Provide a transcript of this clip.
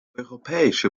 europäische